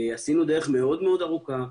עשינו דרך מאוד מאוד ארוכה,